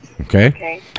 Okay